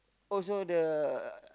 also the